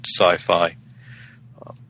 sci-fi